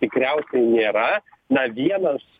tikriausiai nėra na vienas